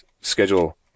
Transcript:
schedule